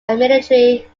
military